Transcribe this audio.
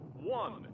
one